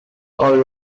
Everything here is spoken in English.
all